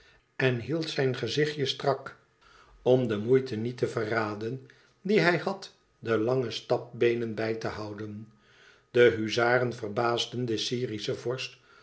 en hield zijn gezichtje strak om de moeite niet te verraden die hij had de lange stapbeenen bij te houden de huzaren verbaasden den syrischen vorst